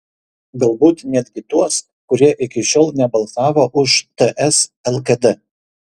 galbūt netgi tuos kurie iki šiol nebalsavo už ts lkd